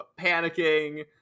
panicking